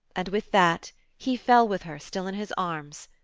and with that he fell with her still in his arms,